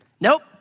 Nope